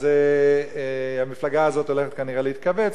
אז המפלגה הזאת הולכת כנראה להתכווץ,